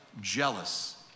jealous